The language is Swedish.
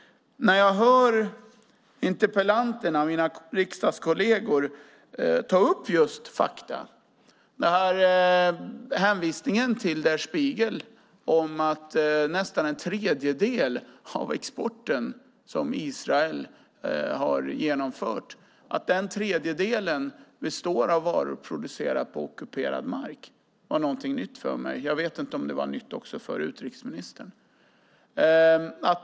Jag hör interpellanterna och mina riksdagskolleger ta upp fakta. Hänvisningen till Der Spiegel om att nästan en tredjedel av Israels export består av varor producerade på ockuperad mark var någonting nytt för mig. Jag vet inte om det var nytt också för utrikesministern.